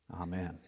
Amen